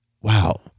Wow